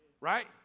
Right